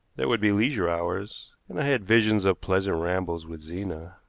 there would be leisure hours, and i had visions of pleasant rambles with zena.